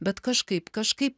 bet kažkaip kažkaip